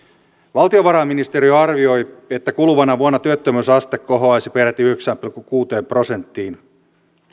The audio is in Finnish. valtiovarainministeriö arvioi että kuluvana vuonna työttömyysaste kohoaisi peräti yhdeksään pilkku kuuteen prosenttiin